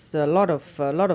not bad